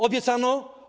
Obiecano?